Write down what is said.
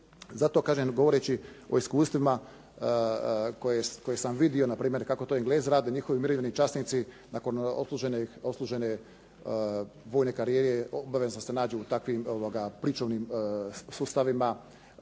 Zato kažem govoreći o iskustvima koje sam vidio na primjer kako to Englezi rade, njihovi umirovljeni časnici nakon odslužene vojne karijere obavezno se nađu u takvim pričuvnim sustavima.